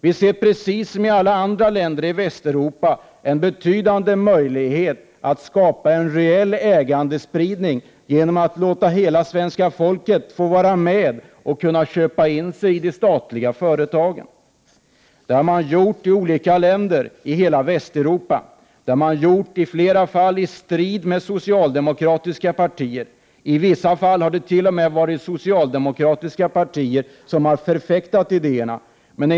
Vi ser, precis som man gör i alla andra länder i Västeuropa, en betydande möjlighet till att skapa en reell ägandespridning genom att låta hela svenska folket få vara med och köpa in sig i de statliga företagen. Så har man gjort i många länder i Västeuropa. I flera fall har man gjort det i strid med socialdemokratiska partier. I vissa fall har det i stället varit socialdemokratiska partier som har förfäktat dessa idéer.